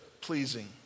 pleasing